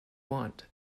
want